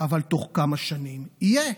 אבל בתוך כמה שנים יהיה.